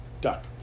duck